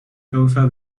causa